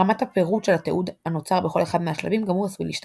רמת הפירוט של התיעוד הנוצר בכל אחד מהשלבים גם הוא עשוי להשתנות.